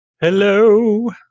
Hello